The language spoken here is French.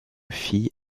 filles